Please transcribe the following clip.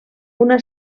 una